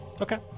Okay